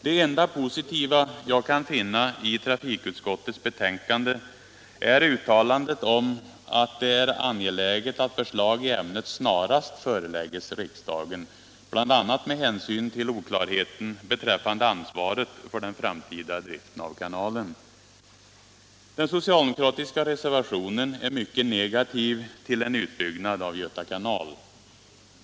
Det enda positiva jag kan finna i trafikutskottets betänkande är uttalandet att det är angeläget att förslag i ämnet snarast förelägges riksdagen, bl.a. med hänsyn till oklarheten beträffande ansvaret för den framtida driften av kanalen. Den socialdemokratiska reservationen är mycket negativ till en utbyggnad av Göta kanal.